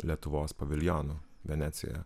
lietuvos paviljonu venecijoje